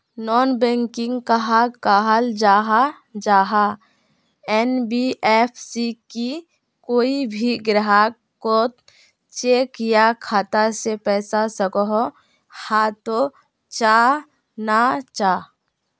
Non banking कहाक कहाल जाहा जाहा एन.बी.एफ.सी की कोई भी ग्राहक कोत चेक या खाता से पैसा सकोहो, हाँ तो चाँ ना चाँ?